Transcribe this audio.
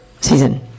season